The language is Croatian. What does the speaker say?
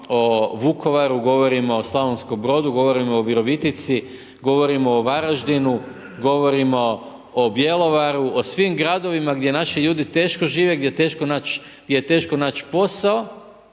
govorimo o Slavonskom Brodu, govorimo o Virovitici, govorimo o Varaždinu, govorimo o Bjelovaru, o svim gradovima gdje naši ljudi teško žive, gdje je teško naći posao